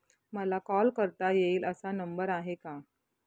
मला कॉल करता येईल असा नंबर आहे का?